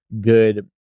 good